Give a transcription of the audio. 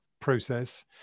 process